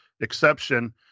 exception